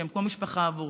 שהם כמו משפחה עבורי.